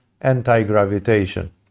anti-gravitation